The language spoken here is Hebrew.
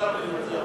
ממצב למצב.